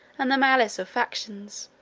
and the malice of factions